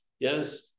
Yes